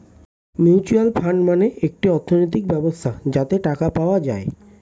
mutual fund মানে একটি অর্থনৈতিক ব্যবস্থা যাতে টাকা পাওয়া যায়